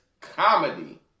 comedy